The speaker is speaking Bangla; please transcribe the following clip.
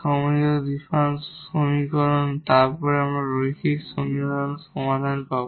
হোমোজিনিয়াস ডিফারেনশিয়াল সমীকরণ তারপর তাদের লিনিয়ার সংমিশ্রণও সমাধান হবে